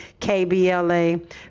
KBLA